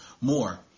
more